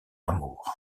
amour